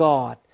God